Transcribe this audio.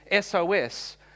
sos